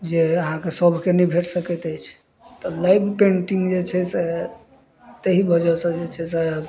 जे अहाँके सबके नै भेट सकैत अइछ तऽ लाइव पेन्टिंग जे छै से तहि वजह सँ जे छै से